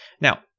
Now